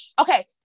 Okay